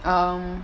um